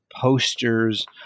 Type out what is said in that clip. posters